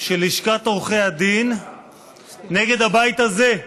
של לשכת עורכי הדין נגד הבית הזה.